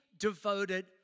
devoted